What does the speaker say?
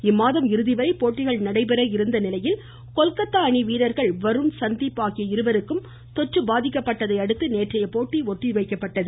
இம்மாதம் இறுதி வரை போட்டிகள் நடைபெற இருந்த நிலையில் கொல்கத்தா அணி வீரர்கள் வருண் சந்தீப் ஆகிய இருவருக்கும் தொற்று பாதிக்கப்பட்டதையடுத்து நேற்றைய போட்டி ஒத்திவைக்கப்பட்டது